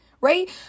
right